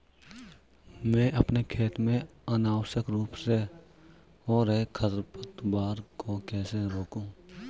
मैं अपने खेत में अनावश्यक रूप से हो रहे खरपतवार को कैसे रोकूं?